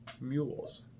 Mules